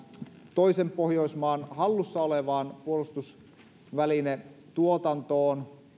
toisen pohjoismaan hallussa olevaan puolustusvälinetuotantoon